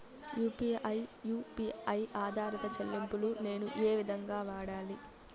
UPI U P I ఆధారిత చెల్లింపులు నేను ఏ విధంగా వాడాలి?